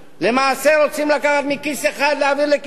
למעשה רוצים לקחת מכיס אחד ולהעביר לכיס שני.